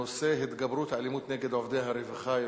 הנושא: התגברות האלימות נגד עובדי הרווחה,